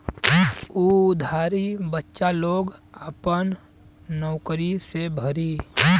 उ उधारी बच्चा लोग आपन नउकरी से भरी